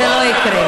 זה לא יקרה.